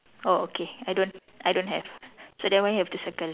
oh okay I don't I don't have so that one we have to circle